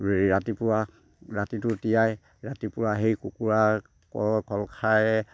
ৰাতিপুৱা ৰাতিটো তিয়াই ৰাতিপুৱা সেই কুকুৰাক কল খাৰেৰে